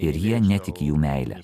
ir jie netiki jų meile